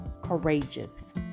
courageous